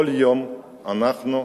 כל יום אנחנו רואים,